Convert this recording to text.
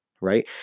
Right